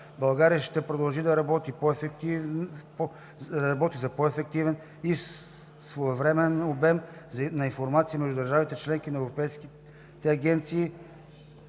България ще продължи да работи за по-ефективен и своевременен обмен на информация между държавите членки и европейските агенции